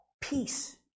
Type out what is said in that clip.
peace